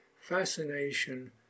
fascination